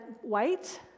white